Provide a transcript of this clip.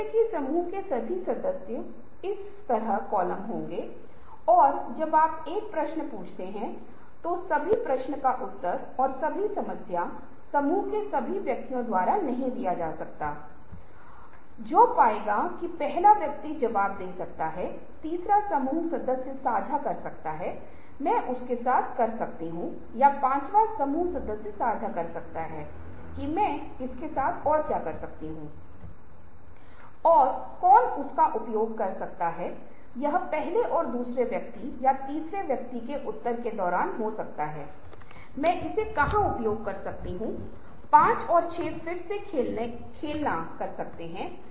इसलिए मेरे पास तीन शब्द हैं और जब मैं मुक्त संघ की शुरुआत करता हूं जो किसी भी वर्ग की श्रेणी में आता है कोई भी शब्द जो मेरे दिमाग में आता है जब मैं कक्षा के बारे में बात करता हूं तो मैं कक्षा कह सकता हूं मैं श्रेणी कह सकता हूं वर्ग मैं कांच कह सकता हूं क्योंकि यह उस के करीब लगता है कक्षा मैं कह सकता हूँ उत्तम दर्जे का कक्षा मैं छात्रों को कह सकता हूँ मैं कई शब्दों के साथ आ सकता हूँ